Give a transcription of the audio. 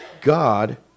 God